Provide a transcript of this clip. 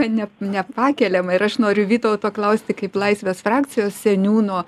ne nepakeliama ir aš noriu vytauto klausti kaip laisvės frakcijos seniūno